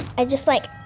and just, like,